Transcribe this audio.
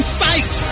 sight